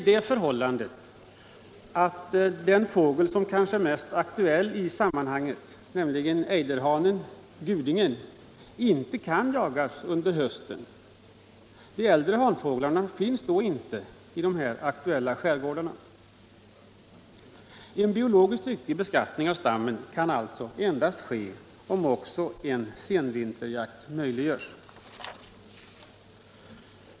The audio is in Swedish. Det förhåller sig så att den fågel som kanske är mest aktuell i sammanhanget, nämligen ejderhanen eller gudingen, inte kan jagas under hösten. De äldre hanfåglarna finns då inte i de här aktuella skärgårdarna. En biologiskt riktig beskattning av stammen kan alltså endast ske om också en senvinterjakt möjliggörs.